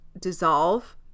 dissolve